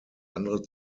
andere